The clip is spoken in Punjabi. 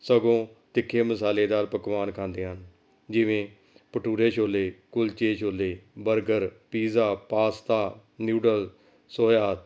ਸਗੋਂ ਤਿੱਖੇ ਮਸਾਲੇਦਾਰ ਪਕਵਾਨ ਖਾਂਦੇ ਹਨ ਜਿਵੇਂ bhature chole kulche chole burger pizza pasta noodle ਸੋਇਆ